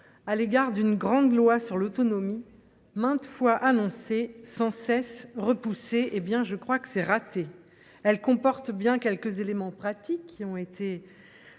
à l’égard d’une grande loi sur l’autonomie, maintes fois annoncée, mais sans cesse repoussée. Je crois que c’est raté ! Ce texte comporte bien quelques éléments pratiques, qui ont été